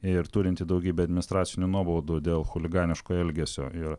ir turintį daugybę administracinių nuobaudų dėl chuliganiško elgesio ir